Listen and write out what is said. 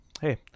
hey